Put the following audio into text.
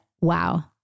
wow